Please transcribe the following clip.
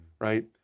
Right